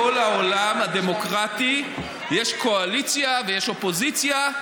אבל בכל העולם הדמוקרטי יש קואליציה ויש אופוזיציה,